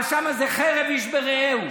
אבל שם זה חרב איש ברעהו.